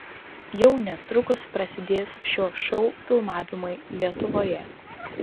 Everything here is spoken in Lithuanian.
jau netrukus prasidės šio šou filmavimai lietuvoje